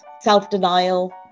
self-denial